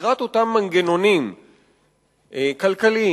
יצירת אותם מנגנונים כלכליים,